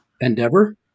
endeavor